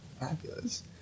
Fabulous